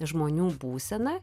žmonių būseną